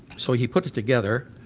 so he put it together,